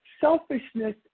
selfishness